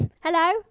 hello